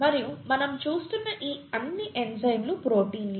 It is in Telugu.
మరియు మనం చూస్తున్న ఈ అన్ని ఎంజైమ్లు ప్రోటీన్లే